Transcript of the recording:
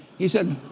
he said,